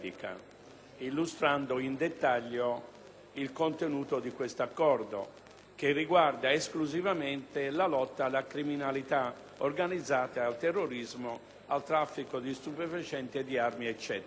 illustrando in dettaglio il contenuto dell'Accordo in esame, che riguarda esclusivamente la lotta alla criminalità organizzata, al terrorismo, al traffico di stupefacenti, di armi e ad